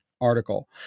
article